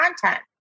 content